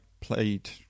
played